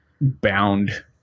bound